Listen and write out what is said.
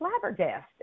flabbergasted